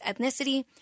ethnicity